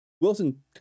Wilson